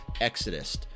Exodus